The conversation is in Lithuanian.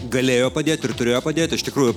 galėjo padėt ir turėjo padėt iš tikrųjų